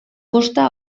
kosta